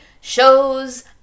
shows